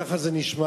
ככה זה נשמע,